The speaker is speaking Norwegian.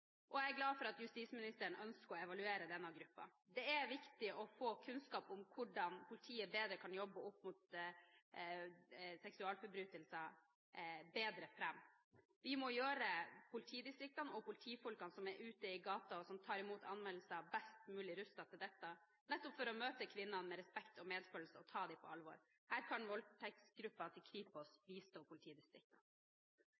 Jeg er glad for at justisministeren ønsker å evaluere denne gruppen. Det er viktig å få kunnskap om hvordan politiet bedre kan jobbe opp mot seksualforbrytelser. Vi må gjøre politidistriktene og politifolkene som er ute i gatene, og som tar imot anmeldelser, best mulig rustet til dette, nettopp for å møte kvinnene med respekt og medfølelse og å ta dem på alvor. Her kan voldtektsgruppen ved Kripos